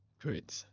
great